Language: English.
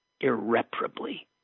irreparably